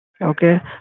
okay